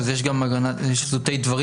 אז יש גם זוטי דברים.